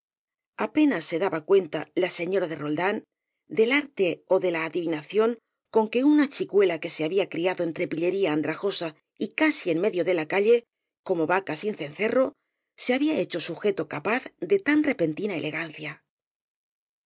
apenas se daba cuenta la señora de roldán del arte ó de la adivinación con que una chicuela que se había criado entre pillería andrajosa y casi en medio de la calle como vaca sin cencerro se había hecho sujeto capaz de tan repentina elegancia